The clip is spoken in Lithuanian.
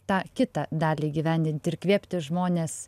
tą kitą dalį įgyvendinti ir įkvėpti žmones